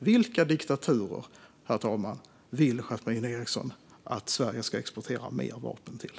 Vilka diktaturer, herr talman, vill Yasmine Eriksson att Sverige ska exportera mer vapen till?